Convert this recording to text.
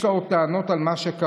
יש לה עוד טענות על מה שקרה.